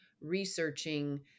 researching